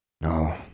No